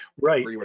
right